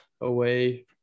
away